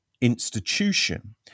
institution